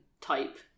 type